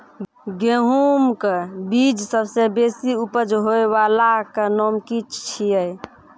गेहूँमक बीज सबसे बेसी उपज होय वालाक नाम की छियै?